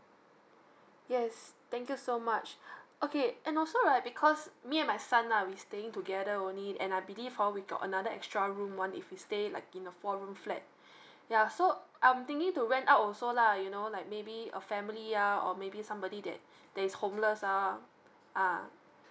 yes thank you so much okay and also right because me and my son ah we staying together only and I believe orh we got another extra room [one] if you stay like in a four room flat yeah so I'm thinking to rent out also lah you know like maybe a family ah or maybe somebody that that is homeless ah ah